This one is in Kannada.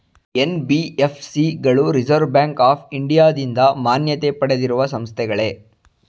ಎನ್.ಬಿ.ಎಫ್.ಸಿ ಗಳು ರಿಸರ್ವ್ ಬ್ಯಾಂಕ್ ಆಫ್ ಇಂಡಿಯಾದಿಂದ ಮಾನ್ಯತೆ ಪಡೆದಿರುವ ಸಂಸ್ಥೆಗಳೇ?